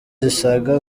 zisaga